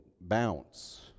bounce